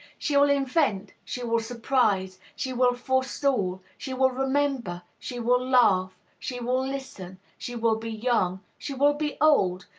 she will invent, she will surprise, she will forestall, she will remember, she will laugh, she will listen, she will be young, she will be old,